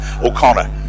O'Connor